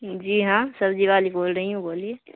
جی ہاں سبزی والی بول رہی ہوں بولیے